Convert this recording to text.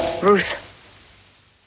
Ruth